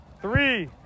Three